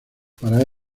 para